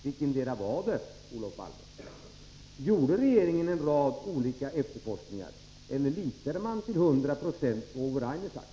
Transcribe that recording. Vilketdera var det, Olof Palme? Gjorde regeringen en rad efterforskningar, eller litade man till 100 26 på vad Ove Rainer sagt?